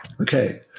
Okay